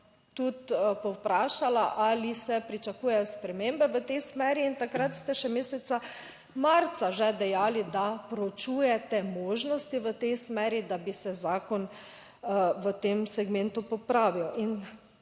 tudi povprašala ali se pričakujejo spremembe v tej smeri in takrat ste še meseca marca že dejali, da proučujete možnosti v tej smeri, da bi se zakon v tem segmentu popravil.